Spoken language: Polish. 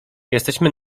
jesteśmy